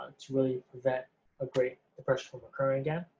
to really prevent a great depression from occurring again.